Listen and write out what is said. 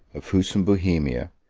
of huss in bohemia,